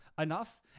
enough